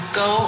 go